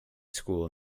school